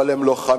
אבל הם לוחמים